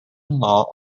law